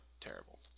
terrible